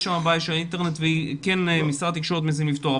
יש בעיה של האינטרנט שמשרד התקשורת מנסה לפתור.